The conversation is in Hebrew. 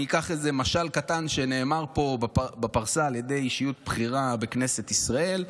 אני אקח איזה משל קטן שנאמר פה בפרסה על ידי אישיות בכירה בכנסת ישראל,